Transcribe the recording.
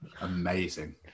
Amazing